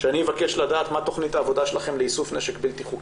שאני מבקש לדעת מה תכנית העבודה שלכם לאיסוף נשק בלתי-חוקי.